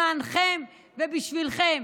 למענכם ובשבילכם,